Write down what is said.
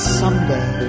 someday